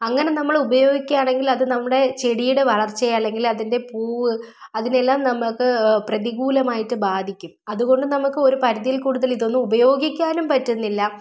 അങ്ങനെ നമ്മൾ ഉപയോഗിക്കുകയാണെങ്കിൽ അത് നമ്മുടെ ചെടിയുടെ വളർച്ചയെ അല്ലെങ്കിൽ അതിൻ്റെ പൂവ് അതിനെല്ലാം നമ്മൾക്ക് പ്രതികൂലമായി ബാധിക്കും അതുകൊണ്ടു നമുക്ക് ഒരു പരിധിയിൽ കൂടുതൽ ഇതൊന്നും ഉപയോഗിക്കാനും പറ്റുന്നില്ല